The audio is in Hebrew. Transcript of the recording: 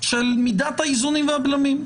של מידת האיזונים והבלמים,